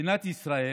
מדינת ישראל